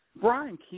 Brian